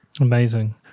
Amazing